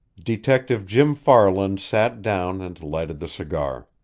detective jim farland sat down and lighted the cigar.